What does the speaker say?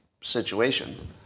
situation